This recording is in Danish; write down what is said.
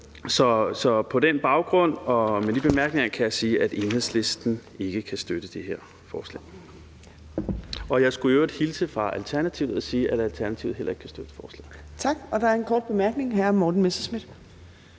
Så på den baggrund og med de bemærkninger kan jeg sige, at Enhedslisten ikke kan støtte det her forslag. Og jeg skulle i øvrigt hilse fra Alternativet og sige, at Alternativet heller ikke kan støtte forslaget. Kl. 11:35 Fjerde næstformand (Trine Torp): Tak, og der er en kort bemærkning. Hr. Morten Messerschmidt.